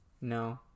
No